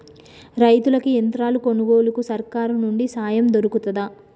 రైతులకి యంత్రాలు కొనుగోలుకు సర్కారు నుండి సాయం దొరుకుతదా?